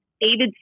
David